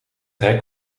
hek